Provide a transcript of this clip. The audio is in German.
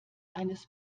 eines